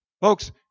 Folks